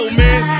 man